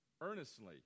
earnestly